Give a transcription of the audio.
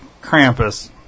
Krampus